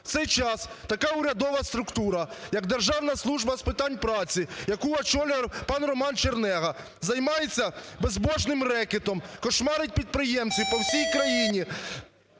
в цей час така урядова структура, як Державна служба з питань праці, яку очолює пан РоманЧернега, займається безбожним рекетом, кошмарить підприємців по всій країні,